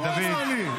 הוא אמר לי.